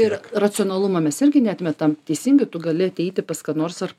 ir racionalumo mes irgi neatmetam teisingai tu gali ateiti pas ką nors ar